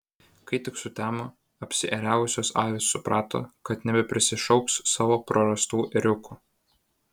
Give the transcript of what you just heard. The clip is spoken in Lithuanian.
kai tik sutemo apsiėriavusios avys suprato kad nebeprisišauks savo prarastų ėriukų